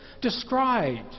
described